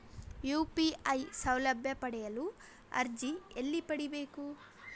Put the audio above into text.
UPI ಸೌಲಭ್ಯ ಪಡೆಯಲು ಅರ್ಜಿ ಎಲ್ಲಿ ಪಡಿಬೇಕು?